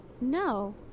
No